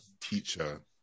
teacher